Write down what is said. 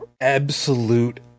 absolute